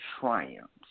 triumphs